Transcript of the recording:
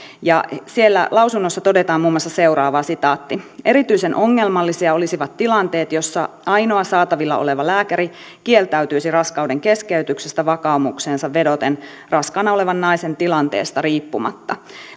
siellä lausunnossa todetaan muun muassa seuraavaa erityisen ongelmallisia olisivat tilanteet joissa ainoa saatavilla oleva lääkäri kieltäytyisi raskaudenkeskeytyksestä vakaumukseensa vedoten raskaana olevan naisen tilanteesta riippumatta